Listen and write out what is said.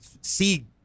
see